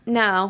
no